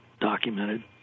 documented